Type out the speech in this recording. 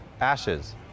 ashes